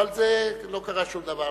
אבל לא קרה שום דבר.